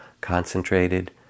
concentrated